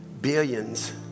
billions